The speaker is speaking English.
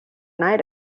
night